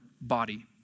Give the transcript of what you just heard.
body